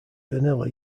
vanilla